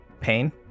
pain